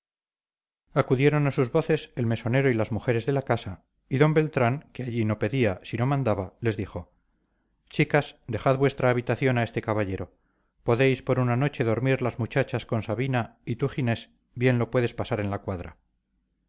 acudieron a sus voces el mesonero y las mujeres de la casa y d beltrán que allí no pedía sino mandaba les dijo chicas dejad vuestra habitación a este caballero podéis por una noche dormir las muchachas con sabina y tú ginés bien lo puedes pasar en la cuadra